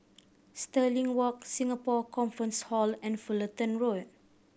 Stirling Walk Singapore Conference Hall and Fullerton Road